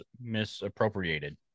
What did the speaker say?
misappropriated